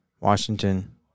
Washington